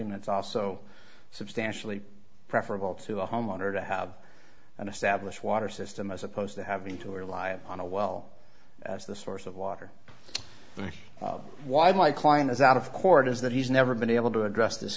and it's also substantially preferable to a homeowner to have an established water system as opposed to having to rely on a well as the source of water and why my client is out of court is that he's never been able to address this